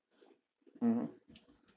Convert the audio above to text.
mmhmm